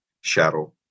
shadow